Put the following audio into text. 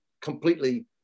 completely